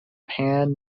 pan